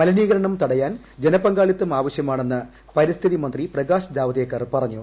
മലിനീകരണം തടയാൻ ജനപങ്കാളിത്തം ആവശ്യമാണെന്ന് പരിസ്ഥിതി മന്ത്രി പ്രകാശ് ജാവ്ദേക്കർ പറഞ്ഞു